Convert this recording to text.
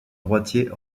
droitier